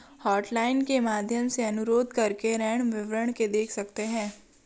hotline के माध्यम से अनुरोध करके ऋण विवरण देख सकते है